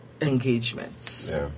engagements